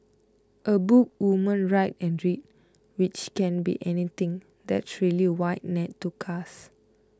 a book women write and read which can be anything that's a really wide net to cast